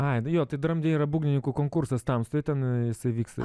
ai nu jo tai drum day yra būgnininkų konkursas tamstoj ten vyksta